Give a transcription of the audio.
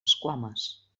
esquames